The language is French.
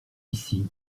ici